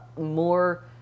more